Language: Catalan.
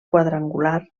quadrangular